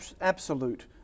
absolute